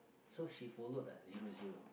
so she followed ah zero zero